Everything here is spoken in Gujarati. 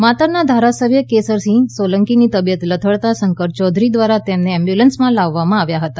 માતરના ધારસભ્ય કેસરીસિંહ સોલંકીને તબિયત લથડતા શંકર ચૌધરી દ્વારા તેમને એમ્બ્યુલંસમાં લાવવામાં આવ્યા હતા